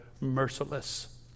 merciless